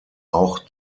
auch